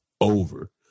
over